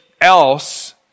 else